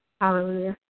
Hallelujah